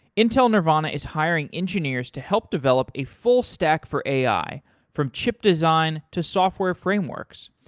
intel nervana is hiring engineers to help develop a full stack for ai from chip design to software frameworks.